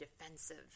defensive